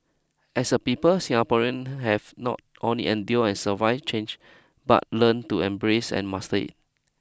as a people Singaporean have not only endure and survive change but learned to embrace and master it